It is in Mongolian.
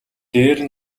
дээр